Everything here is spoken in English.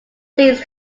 these